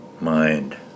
mind